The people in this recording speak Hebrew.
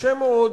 שקשה מאוד